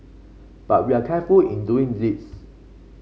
but we are careful in doing this